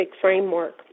framework